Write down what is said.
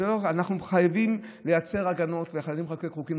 אנחנו חייבים לייצר הגנות וחייבים לחוקק חוקים,